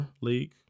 league